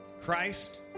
Christ